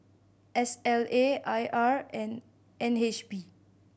S L A I R and N H B